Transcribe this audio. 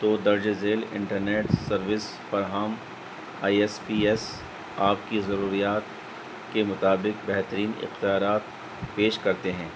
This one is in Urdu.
تو درج ذیل انٹرنیٹ سروس پر ہم آئی ایس پی ایس آپ کی ضروریات کے مطابق بہترین اختیارات پیش کرتے ہیں